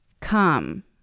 come